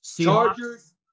Chargers